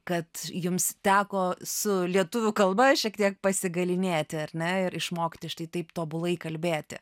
kad jums teko su lietuvių kalba šiek tiek pasigalynėti ar ne ir išmokti štai taip tobulai kalbėti